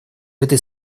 этой